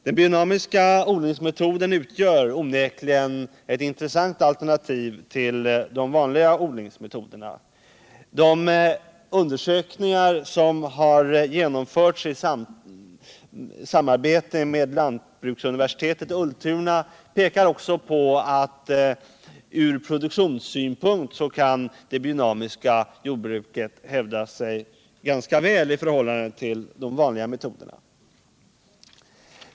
Den biodynamiska odlingsmetoden utgör onekligen ett intressant alternativ till de vanliga odlingsmetoderna. De undersökningar som har genomförts i samarbete med lantbruksuniversitetet i Ultuna pekar också på att ur produktionssynpunkt kan det biodynamiska jordbruket hävda sig ganska väl i förhållande till de vanliga metoderna.